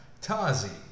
Tazi